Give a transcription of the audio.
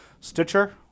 Stitcher